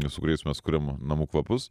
su kuriais mes kuriam namų kvapus